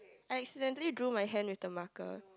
I accidentally drew my hand with the marker